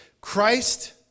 Christ